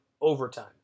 OVERTIME